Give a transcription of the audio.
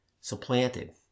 supplanted